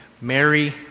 Mary